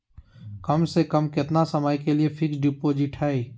कम से कम कितना समय के लिए फिक्स डिपोजिट है?